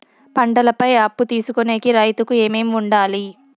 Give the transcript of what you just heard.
పంటల పై అప్పు తీసుకొనేకి రైతుకు ఏమేమి వుండాలి?